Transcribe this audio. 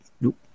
Nope